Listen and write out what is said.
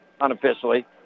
unofficially